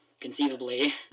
conceivably